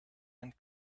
and